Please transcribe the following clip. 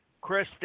Chris